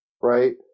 right